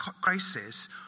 crisis